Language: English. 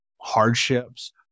hardships